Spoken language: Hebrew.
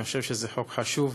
אני חושב שזה חוק חשוב,